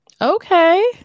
Okay